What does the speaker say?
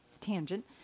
tangent